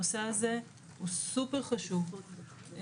הנושא הזה הוא סופר חשוב,